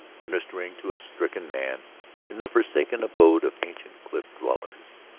ministering to a stricken man in the forsaken abode of ancient cliff-dwellers.